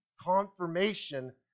confirmation